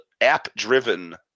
app-driven